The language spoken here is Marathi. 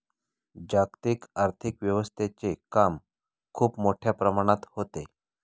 जागतिक आर्थिक व्यवस्थेचे काम खूप मोठ्या प्रमाणात होते